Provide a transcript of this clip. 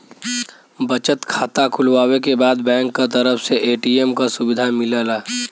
बचत खाता खुलवावे के बाद बैंक क तरफ से ए.टी.एम क सुविधा मिलला